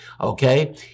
Okay